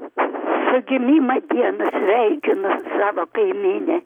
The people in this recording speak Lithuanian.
su gimima diena sveikinu darbo kaimynę